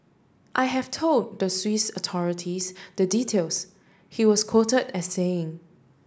I have told the Swiss authorities the details he was quoted as saying